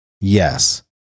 yes